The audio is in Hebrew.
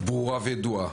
ברורה וידועה.